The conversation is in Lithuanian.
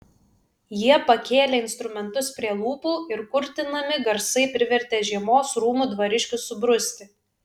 jie pakėlė instrumentus prie lūpų ir kurtinami garsai privertė žiemos rūmų dvariškius subruzti